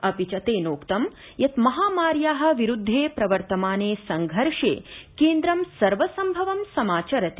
अपि च तेनोक्तं यत् महामार्या विरुद्वे प्रवर्तमाने संघर्षे केन्द्रं सर्वसम्भवं समाचरति